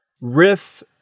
Riff